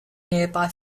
nearby